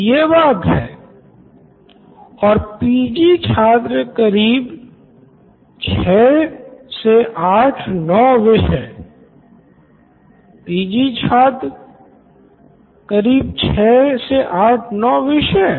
तो ये बात है Siddharth Maturi CEO Knoin electronics और पी॰जी॰ छात्र करीब ६ से ८ ९ विषय प्रोफेसर पी॰जी॰ छात्र करीब ६ से ८ ९ विषय